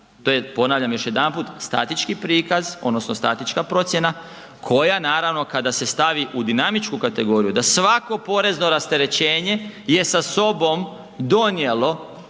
ponavljam još jedanput, statički prikaz odnosno statička procjena koja naravno kada se stavi u dinamičku kategoriju da svako porezno rasterećenje je sa sobom donijelo